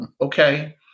Okay